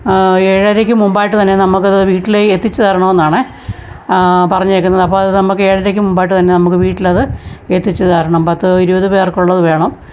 ഏഴരക്ക് മുമ്പായിട്ടു തന്നെ നമുക്കത് വീട്ടിലെത്തിച്ചു തരണമെന്നാണ് പറഞ്ഞിരിക്കുന്നതപ്പോത് നമുക്കേഴരക്ക് മുൻ മുമ്പായിട്ടു തന്നെ നമുക്കു വീട്ടിലത് എത്തിച്ചുതരണം പത്തിരുപത് പേർക്കുള്ളതു വേണം